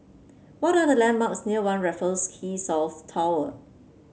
what are the landmarks near One Raffles Quay South Tower